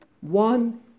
One